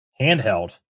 handheld